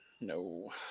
No